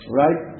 right